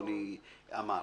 מאשרות את זה.